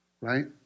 right